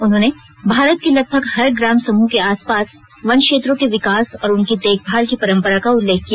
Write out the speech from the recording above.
उन्होंने भारत के लगभग हर ग्राम समूह के आसपास वन क्षेत्रों के विकास और उनकी देखभाल की परंपरा का उल्लेख किया